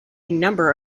number